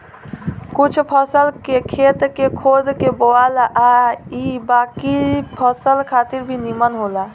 कुछ फसल के खेत के खोद के बोआला आ इ बाकी फसल खातिर भी निमन होला